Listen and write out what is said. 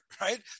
right